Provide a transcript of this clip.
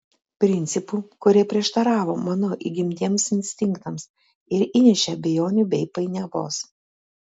principų kurie prieštaravo mano įgimtiems instinktams ir įnešė abejonių bei painiavos